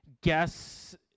guess